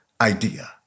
idea